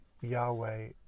Yahweh